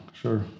sure